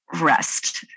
rest